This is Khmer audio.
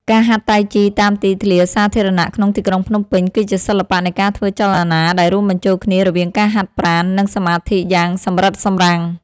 ការហាត់តៃជីតាមទីធ្លាសាធារណៈក្នុងទីក្រុងភ្នំពេញ គឺជាសិល្បៈនៃការធ្វើចលនាដែលរួមបញ្ចូលគ្នារវាងការហាត់ប្រាណ និងសមាធិយ៉ាងសម្រិតសម្រាំង។